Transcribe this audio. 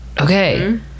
okay